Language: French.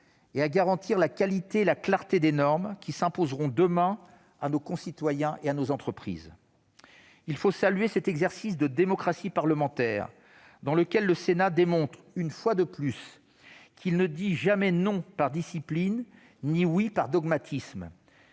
et à garantir la qualité et la clarté des normes qui s'imposeront demain à nos concitoyens et à nos entreprises. Il faut saluer cet exercice de démocratie parlementaire, dans lequel le Sénat montre, une fois de plus, qu'il ne dit jamais « non » par discipline ni « oui » par dogmatisme,